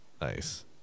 nice